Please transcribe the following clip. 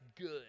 good